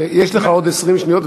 יש לך עוד 20 שניות,